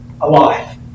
alive